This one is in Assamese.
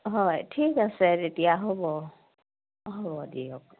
হয় ঠিক আছে তেতিয়া হ'ব হ'ব দিয়ক